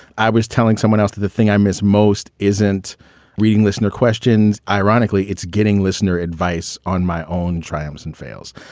i was telling someone else that the thing i miss most isn't reading listener questions. ironically, it's getting listener advice on my own trials and fails.